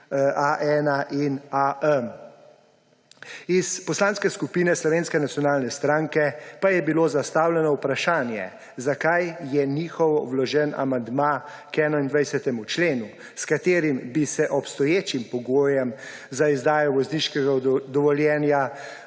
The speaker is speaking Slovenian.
A1 in AM. Iz Poslanske skupine Slovenske nacionalne stranke pa je bilo zastavljeno vprašanje, zakaj je njihov vloženi amandma k 21. členu, s katerim bi se obstoječim pogojem za izdajo vozniškega dovoljenja